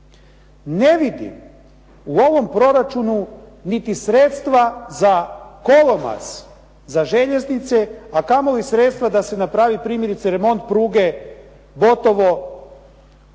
Ne vidim u ovom proračunu niti sredstva za kolomaz za željeznice a kamoli sredstva da se napravi primjerice remont pruge Botovo-Zagreb